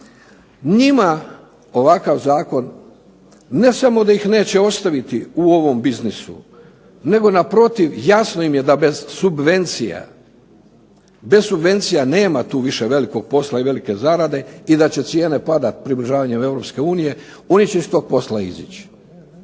Njima ovakav zakon ne samo da ih neće ostaviti u ovom biznisu nego naprotiv jasno im je da bez subvencija nema tu više velikog posla i velike zarade i da će cijene padati približavanjem EU oni će iz tog posla izići.